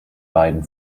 beiden